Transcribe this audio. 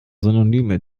synonyme